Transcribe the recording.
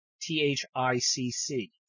t-h-i-c-c